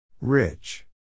Rich